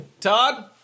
Todd